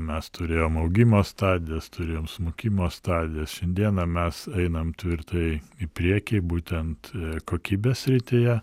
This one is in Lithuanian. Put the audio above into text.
mes turėjom augimo stadijas turėjom smukimo stadijas šiandieną mes einam tvirtai į priekį būtent kokybės srityje